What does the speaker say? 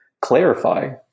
clarify